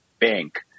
bank